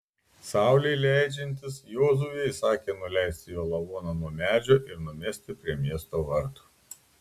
saulei leidžiantis jozuė įsakė nuleisti jo lavoną nuo medžio ir numesti prie miesto vartų